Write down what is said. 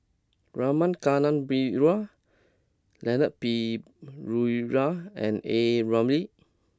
Rama Kannabiran Leon Perera and A Ramli